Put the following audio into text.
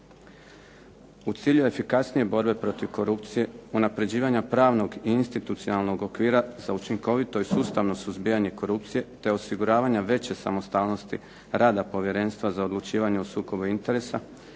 U cilju efikasnije borbe protiv korupcije, unapređivanja pravnog i institucionalnog okvira za učinkovito i sustavno suzbijanje korupcije, te osiguravanja veće samostalnosti rada Povjerenstva za odlučivanje o sukobu interesa,